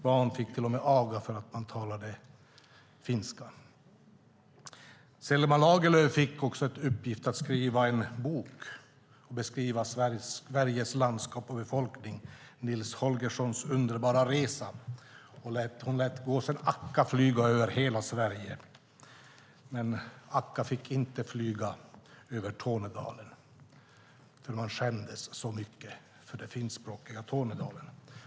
Barn fick till och med aga för att de talade finska. Selma Lagerlöf fick en uppgift att skriva en bok och beskriva Sveriges landskap och befolkning, Nils Holgerssons underbara resa . Hon lät gåsen Akka flyga över hela Sverige, men Akka fick inte flyga över Tornedalen, för man skämdes så mycket för det finskspråkiga Tornedalen.